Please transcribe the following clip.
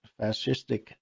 fascistic